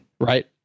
right